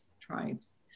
tribes